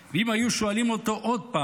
ואם היו שואלים אותו עוד פעם,